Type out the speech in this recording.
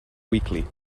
weakly